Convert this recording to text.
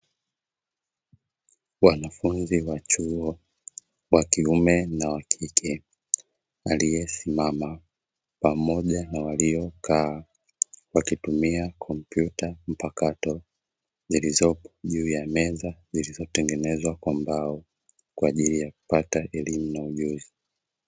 Wanafunzi wa chuo wakiume na wakike, aliyesimama pamoja na waliokaa wakitumia kompyuta mpakato zilizopo juu ya meza, zilizotengenezwa kwa mbao kwa ajili ya kupata elimu na ujuzi.